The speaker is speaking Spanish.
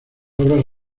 obras